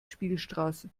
spielstraße